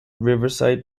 riverside